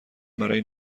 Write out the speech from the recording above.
برای